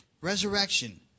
Resurrection